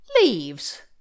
leaves